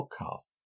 podcast